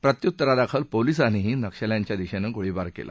प्रत्युत्तरादाखल पोलिसांनीही नक्षल्यांच्या दिशेनं गोळीबार केला